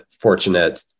fortunate